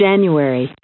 January